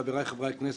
חבריי חברי הכנסת.